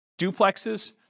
duplexes